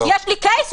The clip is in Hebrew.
יש לי קייס?